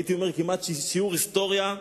הייתי אומר כמעט שיעור היסטוריה,